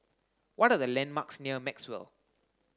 what are the landmarks near Maxwell